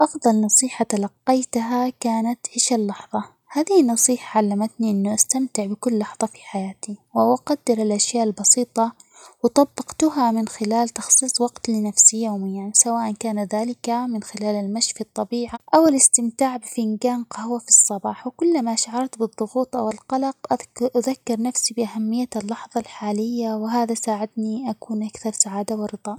أفضل نصيحة تلقيتها كانت عيش اللحظة ،هذه نصيحة علمتني إنه استمتع بكل لحظة في حياتي، -و- وأقدر الأشياء البسيطة ، وطبقتها من خلال تخصيص وقت لنفسي يوميا سواء أن كان ذلك من خلال المشي في الطبيعة ،أو الاستمتاع بفنجان قهوة في الصباح ،وكلما شعرت بالضغوط، أو القلق-اذك- أُذكر نفسي بأهمية اللحظة الحالية ،وهذا ساعدني أكون أكثر سعادة، ورضا.